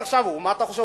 מה אתה חושב?